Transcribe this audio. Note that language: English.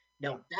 Now